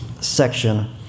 section